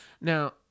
Now